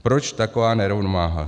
Proč taková nerovnováha?